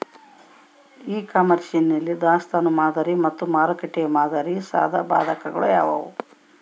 E commerce ನಲ್ಲಿ ದಾಸ್ತನು ಮಾದರಿ ಮತ್ತು ಮಾರುಕಟ್ಟೆ ಮಾದರಿಯ ಸಾಧಕಬಾಧಕಗಳು ಯಾವುವು?